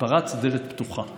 התפרצת לדלת פתוחה.